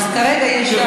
אז כרגע יש,